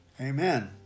Amen